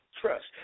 trust